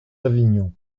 avignon